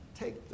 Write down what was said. take